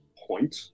point